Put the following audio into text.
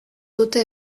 dute